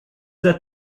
that